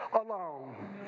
alone